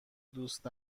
دوست